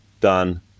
done